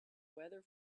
weather